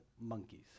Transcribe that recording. monkeys